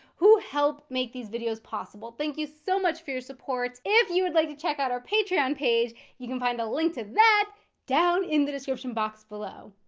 who help make these videos possible. thank you so much for your support. if you would like to check out our patreon page, you can find a link to that down in the description box below.